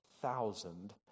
thousand